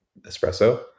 espresso